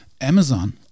Amazon